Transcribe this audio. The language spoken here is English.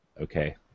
okay